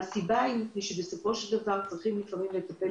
והסיבה היא שבסופו של דבר צריכים לפעמים לטפל